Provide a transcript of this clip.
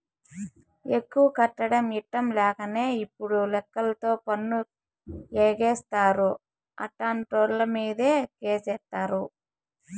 ఎక్కువ కట్టడం ఇట్టంలేకనే తప్పుడు లెక్కలతో పన్ను ఎగేస్తారు, అట్టాంటోళ్ళమీదే కేసేత్తారు